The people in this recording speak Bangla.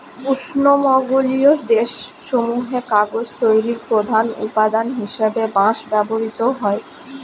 উষ্ণমণ্ডলীয় দেশ সমূহে কাগজ তৈরির প্রধান উপাদান হিসেবে বাঁশ ব্যবহৃত হয়